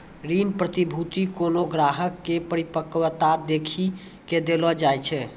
ऋण प्रतिभूती कोनो ग्राहको के परिपक्वता देखी के देलो जाय छै